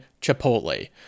Chipotle